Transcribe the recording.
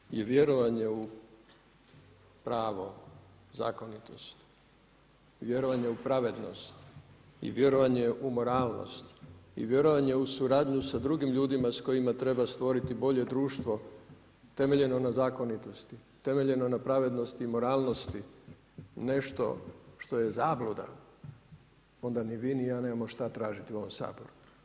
Ukoliko je vjerovanje u pravo, zakonitost, vjerovanje u pravednost i vjerovanje u moralnost i vjerovanje u suradnju sa drugim ljudima s kojima treba stvoriti bolje društvo temeljeno na zakonitosti, temeljeno na pravednosti i moralnosti nešto što je zabluda onda ni vi ni ja nemamo šta tražiti u ovome Saboru.